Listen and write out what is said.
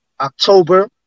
October